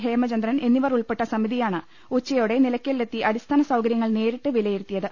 ഹേമചന്ദ്രൻ എന്നിവർ ഉൾപ്പെട്ട സമി തിയാണ് ഉച്ചയോടെ നിലക്കലിലെത്തി അടിസ്ഥാന സൌകര്യങ്ങൾ നേരിട്ട് വിലയിരുത്തിയത്